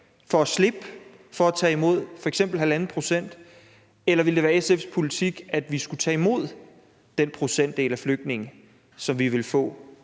for at slippe for at tage imod f.eks. 1,5 pct., eller ville det være SF's politik, at vi skulle tage imod den procentdel af flygtninge, som vi ville få